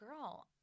girl